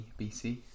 BC